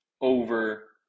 over